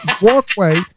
walkway